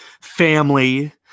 family